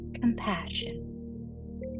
compassion